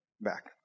back